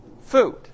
Food